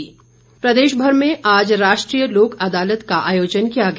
लोक अदालत प्रदेशभर में आज राष्ट्रीय लोक अदालत का आयोजन किया गया